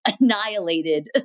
annihilated